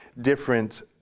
different